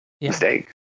mistake